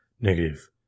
Negative